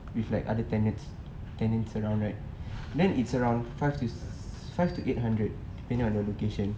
with like other tenants tenants around right then it's around five to five to eight hundred hundred depending on your education